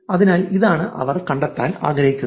അതിനാൽ ഇതാണ് അവർ കണ്ടെത്താൻ ആഗ്രഹിക്കുന്നത്